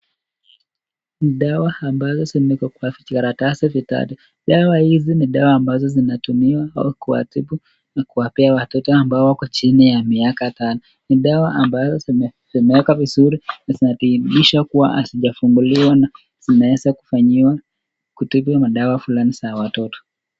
Dawa ambayo imewekwa kwa vijikaratasi vitatu, dawa hizi ni dawa ambazo zinatumiwa au kuwatibu na kuwapea watoto ambao wako chini ya miaka tano, ni dawa ambayo zimewekwa vizuri na zinadhirisha kuwa hazijafunguliwa na inaweza kufanyiwa kutibu madawa fulani za watoto.